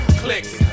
clicks